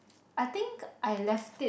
I think I left it